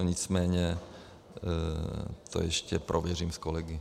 Nicméně to ještě prověřím s kolegy.